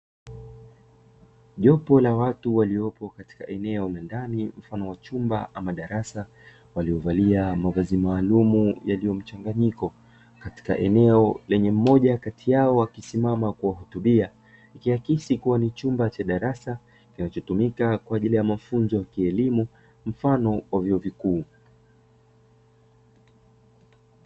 Jopo la watu waliopo katika eneo la ndani mfano wa chumba ama darasa waliovalia mavazi maalumu yaliyomchanganyiko katika eneo lenye mmoja kati yao akisimama kuwahutubia, ikiakisi kuwa ni chumba cha darasa kinachotumika kwa ajili ya mafunzo ya kielimu mfano wa vyuo vikuu.